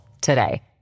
today